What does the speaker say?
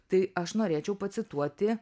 tai aš norėčiau pacituoti